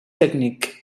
tècnic